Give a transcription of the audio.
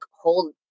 hold